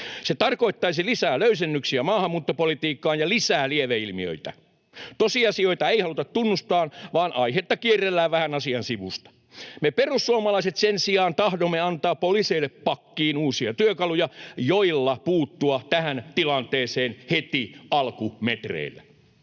Se tarkoittaisi lisää löysennyksiä maahanmuuttopolitiikkaan ja lisää lieveilmiöitä. Tosiasioita ei haluta tunnustaa, vaan aihetta kierrellään vähän asian sivusta. Me perussuomalaiset sen sijaan tahdomme antaa poliiseille pakkiin uusia työkaluja, joilla puuttua tähän tilanteeseen heti alkumetreillä.